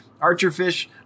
Archerfish